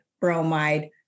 bromide